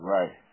Right